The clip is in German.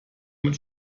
mit